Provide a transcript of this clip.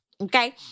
okay